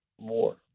more